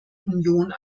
union